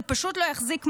זה פשוט לא יחזיק מעמד.